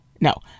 No